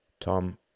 Tom